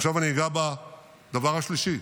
ועכשיו אני אגע בדבר השלישי.